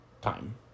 time